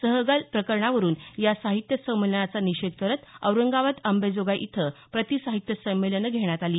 सहगल प्रकरणावरुन या साहित्यसंमेलनाचा निषेध करत औरंगाबाद अंबाजोगाई इथं प्रति साहित्य संमेलनं घेण्यात आली